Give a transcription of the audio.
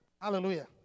Hallelujah